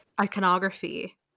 iconography